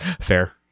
Fair